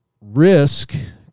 Risk